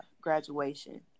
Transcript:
Graduation